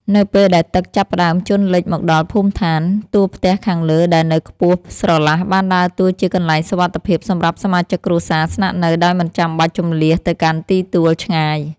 នៅពេលដែលទឹកចាប់ផ្ដើមជន់លិចមកដល់ភូមិឋាន តួផ្ទះខាងលើដែលនៅខ្ពស់ស្រឡះបានដើរតួជា កន្លែងសុវត្ថិភាព សម្រាប់សមាជិកគ្រួសារស្នាក់នៅដោយមិនចាំបាច់ជម្លៀសទៅកាន់ទីទួលឆ្ងាយ។